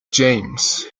james